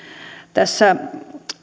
tässä